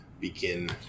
begin